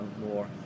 more